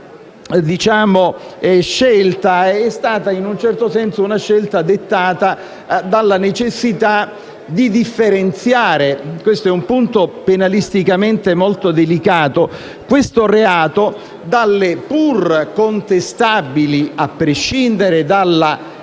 scelta è stata in un certo senso dettata dalla necessità di differenziare - è un punto penalisticamente molto delicato - questo reato dalle pur contestabili, a prescindere dall'introduzione